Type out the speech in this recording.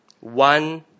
One